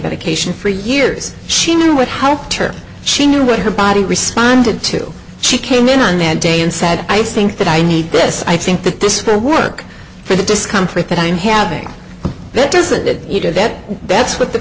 vacation for years she knew what helped her she knew what her body responded to she came in on that day and said i think that i need this i think that this will work for the discomfort that i'm having but does it you know that that's what the